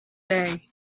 day